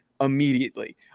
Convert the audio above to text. immediately